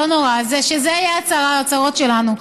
לא נורא, שאלה יהיו הצרות שלנו.